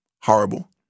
horrible